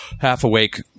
half-awake